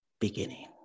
beginning